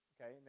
Okay